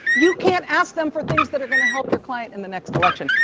you can't ask them for things that are going to help your client in the next election.